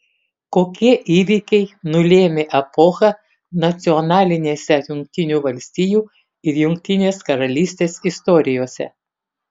kokie įvykiai nulėmė epochą nacionalinėse jungtinių valstijų ir jungtinės karalystės istorijose